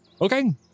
Okay